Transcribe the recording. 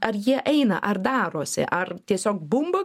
ar jie eina ar darosi ar tiesiog bumba